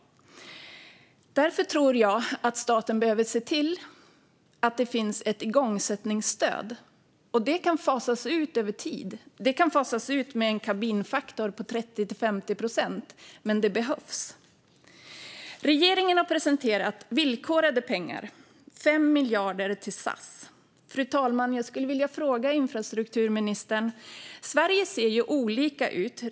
Därför tror jag att staten behöver se till att det finns ett igångsättningsstöd. Det kan fasas ut efter tid och vid en kabinfaktor på 30-50 procent, men det behövs. Fru talman! Regeringen har presenterat villkorade pengar: 5 miljarder till SAS. Jag skulle därför vilja ställa ett par frågor till infrastrukturministern. Sverige ser ju olika ut.